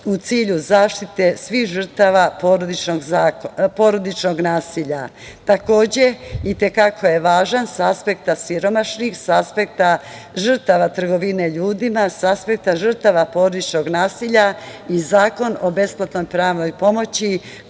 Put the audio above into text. u cilju zaštite svih žrtava porodičnog nasilja, i te kako je važan sa aspekta siromašnih, sa aspekta žrtava trgovine ljudima, sa aspekta žrtava porodičnog nasilja, kao i Zakon o besplatnoj pravnoj pomoći